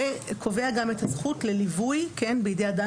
וקובע גם את הזכות לליווי בידי אדם